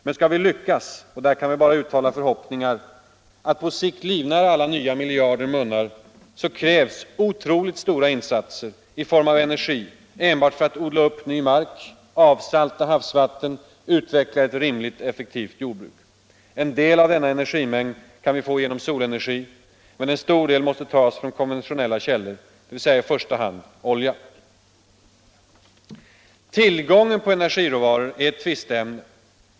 Men skall vi lyckas — och där kan vi bara uttala förhoppningar — att på sikt livnära alla nya miljarder munnar krävs otroliga insatser i form av energi enbart för att odla upp ny mark, avsalta havsvatten samt utveckla ett rimligt effektivt jordbruk. En del av denna energimängd kan vi få genom solenergi, men en stor del måste tas från konventionella källor, dvs. i första hand olja. Tillgången på energiråvaror är ett tvisteämne.